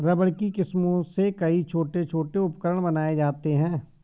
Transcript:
rubber की किस्मों से कई छोटे छोटे उपकरण बनाये जाते हैं